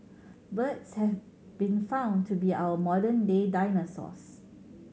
birds have been found to be our modern day dinosaurs